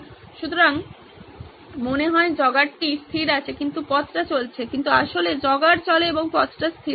সুতরাং মনে হয় জগারটি স্থির আছে কিন্তু পথটা চলছে কিন্তু আসলে জগার চলে এবং পথটি স্থির থাকে